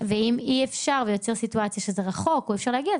ואם אי אפשר וזה יוצר סיטואציה שזה רחוק ואי אפשר להגיע,